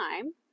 time